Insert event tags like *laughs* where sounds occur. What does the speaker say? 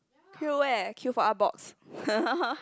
queue where queue for Artbox *laughs*